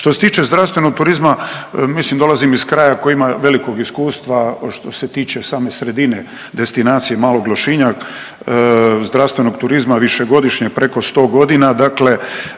Što se tiče zdravstvenog turizma, mislim dolazim iz kraja koji ima velikog iskustva što se tiče same sredine, destinacije Malog Lošinja, zdravstvenog turizma višegodišnjeg preko 100 godina